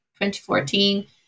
2014